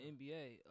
NBA